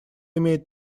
имеет